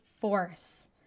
force